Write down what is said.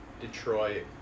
Detroit